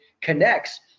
connects